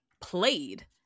played